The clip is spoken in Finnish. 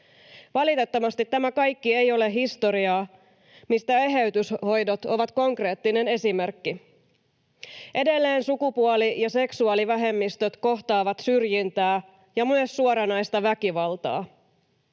Valitettavasti tämä kaikki ei ole historiaa, mistä eheytyshoidot ovat konkreettinen esimerkki. Edelleen sukupuoli- ja seksuaalivähemmistöt kohtaavat syrjintää ja myös suoranaista väkivaltaa.